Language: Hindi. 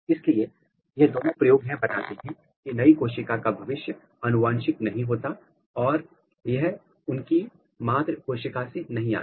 इसलिए यह दोनों प्रयोग यह बताते हैं कि नई कोशिका का भविष्य अनुवांशिक नहीं होता और यह उनकी मात्र कोशिका से नहीं आता